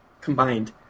combined